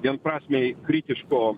vienprasmiai kritiško